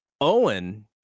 Owen